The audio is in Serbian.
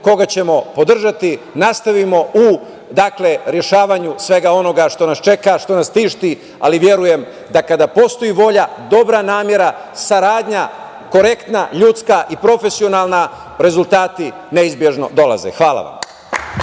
koga ćemo podržati, nastavimo u rešavanju svega onoga što nas čeka, što nas tišti, ali verujem da kada postoji volja, dobra namera, saradnja korektna, ljudska i profesionalna, rezultati neizbežno dolaze. Hvala.